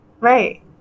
right